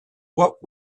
what